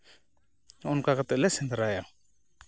ᱚᱱᱠᱟ ᱠᱟᱛᱮᱫ ᱞᱮ ᱥᱮᱸᱫᱽᱨᱟᱭᱟ